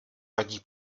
vadí